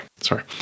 sorry